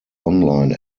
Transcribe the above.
online